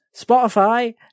Spotify